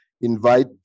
invite